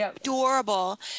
adorable